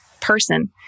person